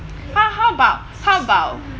how how about how about